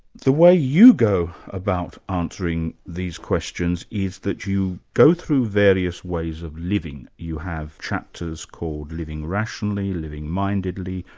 the way you go about answering these questions is that you go through various ways of living. you have chapters called living rationally, living mindedly,